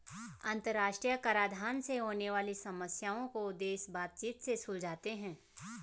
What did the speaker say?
अंतरराष्ट्रीय कराधान से होने वाली समस्याओं को देश बातचीत से सुलझाते हैं